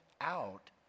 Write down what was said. out